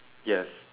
yes